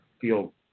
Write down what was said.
feel